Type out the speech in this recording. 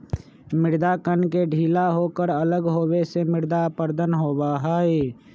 मृदा कण के ढीला होकर अलग होवे से मृदा अपरदन होबा हई